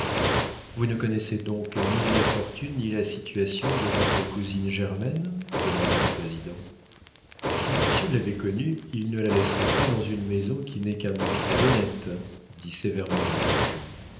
vous ne connaissez donc ni la fortune ni la situation de votre cousine germaine demanda le président si monsieur l'avait connue il ne la laisserait pas dans une maison qui n'est qu'un hôpital honnête dit sévèrement le juge